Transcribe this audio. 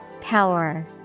power